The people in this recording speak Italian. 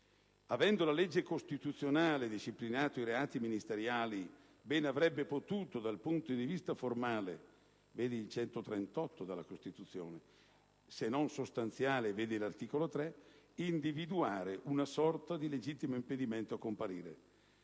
Avendo la legge costituzionale disciplinato i reati ministeriali, ben avrebbe potuto, dal punto di vista formale (articolo 138 della Costituzione) se non sostanziale (articolo 3 della Costituzione), individuare una sorta di legittimo impedimento a comparire.